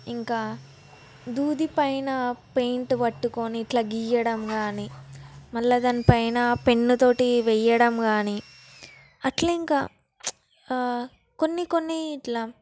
ఇంకా దూది పైన పెయింట్ పట్టుకొని ఇట్లా గీయడం కానీ మళ్ళా దానిపైన పెన్ను తోటి వేయడం కానీ అట్లే ఇంకా కొన్ని కొన్ని ఇట్లా